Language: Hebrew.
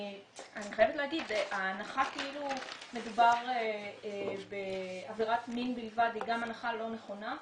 אני חייבת להגיד שההנחה שמדובר בעבירת מין בלבד היא גם הנחה לא נכונה.